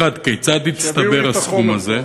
1. כיצד הצטבר הסכום הזה?